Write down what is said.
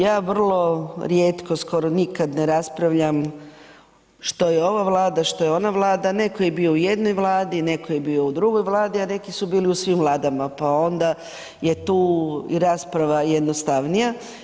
Ja vrlo rijetko, skoro nikada ne raspravljam što je ova Vlada, što je ona Vlada, netko je bio u jednoj Vladi, netko je bio u drugoj Vladi, a neki su bili u svim Vladama, pa onda je tu i rasprava jednostavnija.